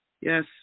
Yes